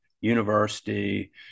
University